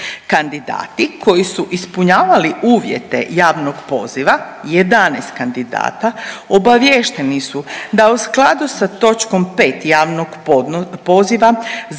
Kandidati koji su ispunjavali uvjete javnog poziva, 11 kandidata, obaviješteni su da u skladu sa točkom 5. javnog poziva za